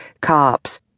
cops